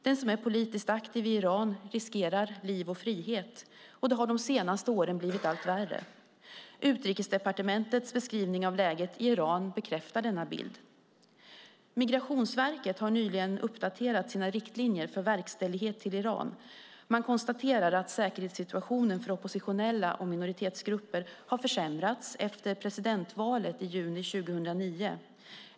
Den som är politiskt aktiv i Iran riskerar liv och frihet, och det har de senaste åren blivit allt värre. Utrikesdepartementets beskrivning av läget i Iran bekräftar denna bild. Migrationsverket har nyligen uppdaterat sina riktlinjer för verkställighet till Iran. Man konstaterar att säkerhetssituationen för oppositionella och minoritetsgrupper har försämrats efter presidentvalet i juni 2009.